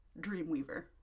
Dreamweaver